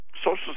Social